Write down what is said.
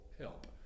help